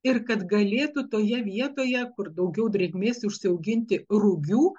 ir kad galėtų toje vietoje kur daugiau drėgmės užsiauginti rugių